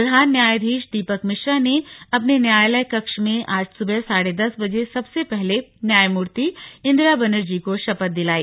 प्रधान न्यायाधीश दीपक मिश्रा ने अपने न्यायालय कक्ष में आज सुबह साढ़े दस बजे सबसे पहले न्यायमूर्ति इन्दिरा बनर्जी को शपथ दिलाई